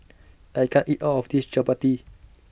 I can't eat All of This Chapati